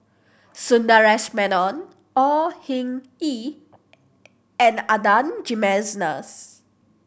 Sundaresh Menon Au Hing Yee and Adan Jimenez